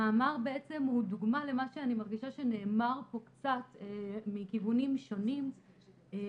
המאמר הוא דוגמה למה שאני מרגישה שנאמר פה קצת מכיוונים שונים לכך